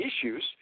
issues